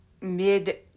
mid